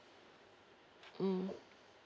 mm